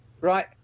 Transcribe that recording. right